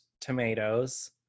tomatoes